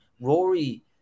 Rory